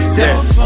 yes